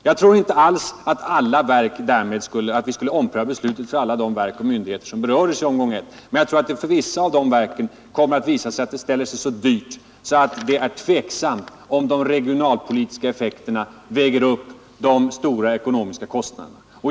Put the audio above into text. Jag tror inte alls att vi därmed skulle ompröva beslutet för alla de verk och myndigheter som berördes i första omgången, men jag tror att det för vissa av verken kommer att visa sig att det ställer sig så dyrt att det är tveksamt, om de regionalpolitiska effekterna väger upp de stora ekonomiska kostnaderna.